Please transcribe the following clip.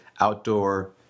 outdoor